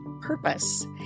purpose